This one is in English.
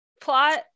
plot